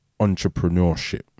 entrepreneurship